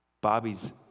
Bobby's